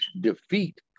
defeat